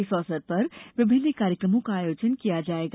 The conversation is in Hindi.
इस अवसर पर विभिन्न कार्यक्रमों का आयोजन किया जायेगा